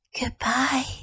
Goodbye